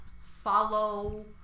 follow